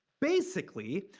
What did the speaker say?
basically,